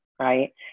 Right